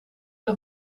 nog